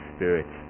Spirit